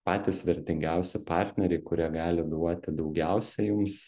patys vertingiausi partneriai kurie gali duoti daugiausia jums